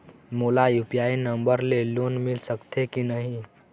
मोला UPI number ले loan मिल सकथे कि नहीं?